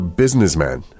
businessman